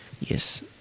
yes